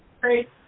Great